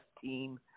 team